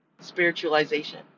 spiritualization